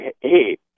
hey